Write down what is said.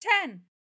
Ten